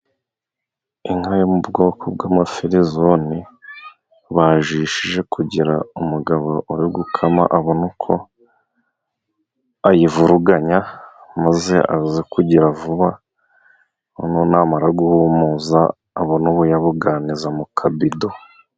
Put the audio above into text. Inka yo mu bwoko bw'amafirizoni, bajishije kugira umugabo uri gukama abone uko ayivuruganya, maze aze kugira vuba, noneho namara guhumuza abona ubuyabuganiza mu kabido.